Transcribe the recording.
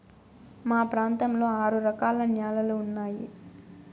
మా ప్రాంతంలో ఆరు రకాల న్యాలలు ఉన్నాయి